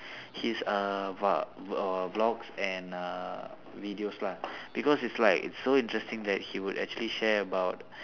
he's uh v~ err vlogs and uh videos lah because he's like so interesting that he would actually share about